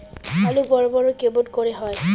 আলু বড় বড় কেমন করে হয়?